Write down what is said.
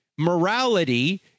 Morality